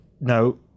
no